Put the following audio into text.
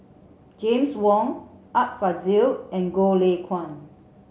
James Wong Art Fazil and Goh Lay Kuan